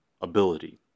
ability